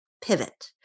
pivot